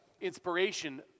inspiration